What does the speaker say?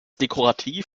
dekorativ